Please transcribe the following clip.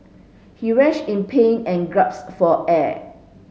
he writhed in pain and gasped for air